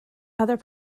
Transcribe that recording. other